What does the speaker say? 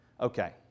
Okay